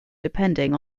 depending